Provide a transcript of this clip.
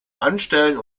anstellen